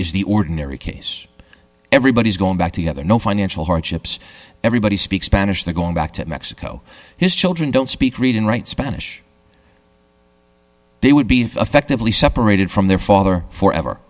is the ordinary case everybody's going back together no financial hardships everybody speaks spanish they're going back to mexico his children don't speak read and write spanish they would be effectively separated from their father for ever